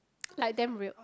like damn real